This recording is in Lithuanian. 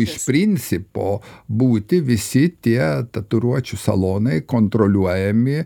iš principo būti visi tie tatuiruočių salonai kontroliuojami